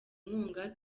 inkunga